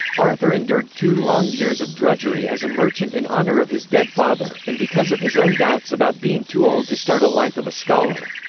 arthur endured two long years of drudgery as a merchant in honor of his dead father, and because of his own doubts about being too old to start a life of a scholar.